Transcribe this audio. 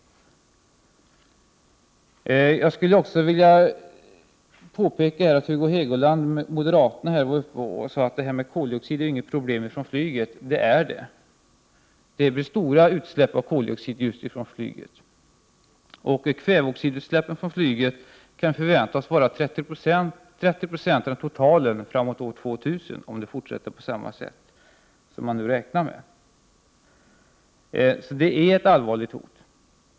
Jag skulle också vilja kommentera det som moderaten Hugo Hegeland sade om att koldioxidutsläppen från flyget inte utgör något problem. Men det gör de. Det blir stora koldioxidutsläpp just från flyget. Kväveoxidutsläppen från flyget kan förväntas bli 30 96 av de totala utsläppen framåt år 2000 om de fortsätter som man räknar med. Utsläppen utgör alltså ett allvarligt hot.